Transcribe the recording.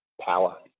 power